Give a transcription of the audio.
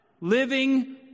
Living